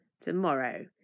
Tomorrow